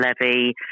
levy